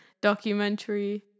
documentary